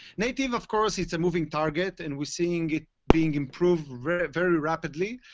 native, of course, is a moving target. and we're seeing it being improved very rapidly,